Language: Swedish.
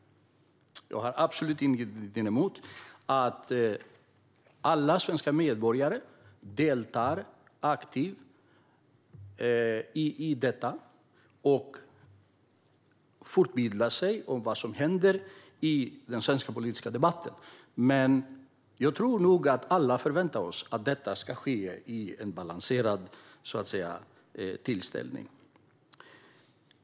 Jag har absolut ingenting emot att svenska medborgare deltar aktivt och fortbildar sig i vad som händer i den svenska politiska debatten, men jag tror nog att vi alla förväntar oss att det ska ske i en balanserad tillställning.